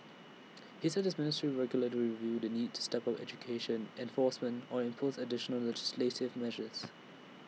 he said his ministry will regularly review the need to step up education enforcement or impose additional legislative measures